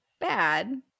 bad